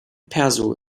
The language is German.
perso